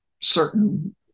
certain